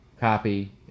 copy